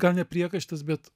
gal ne priekaištas bet